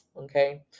Okay